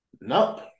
Nope